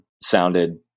sounded